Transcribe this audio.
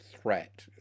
threat